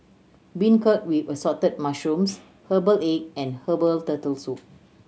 beancurd with Assorted Mushrooms herbal egg and herbal Turtle Soup